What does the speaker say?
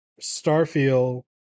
Starfield